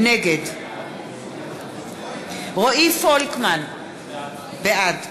נגד רועי פולקמן, בעד